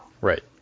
Right